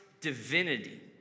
divinity